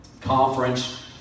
conference